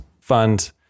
fund